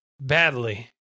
badly